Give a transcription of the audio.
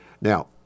Now